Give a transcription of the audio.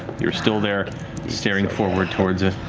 you're still there staring forward towards it.